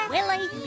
Willie